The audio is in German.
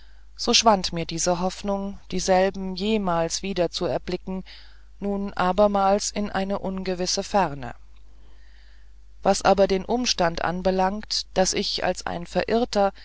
so schwand mir die hoffnung dieselben jemals wieder zu erblicken nun abermals in eine ungewisse ferne was aber den umstand anbelangt daß ich als ein verirrter